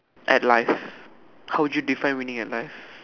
at life how would you define winning at life